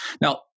Now